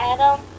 Adam